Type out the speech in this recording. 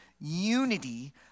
unity